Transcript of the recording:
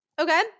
Okay